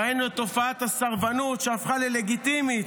ראינו את תופעת הסרבנות שהפכה ללגיטימית,